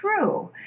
true